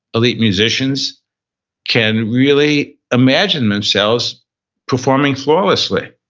elite musicians can really imagine themselves performing flawlessly.